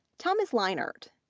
thomas leinart,